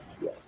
Yes